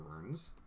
Burns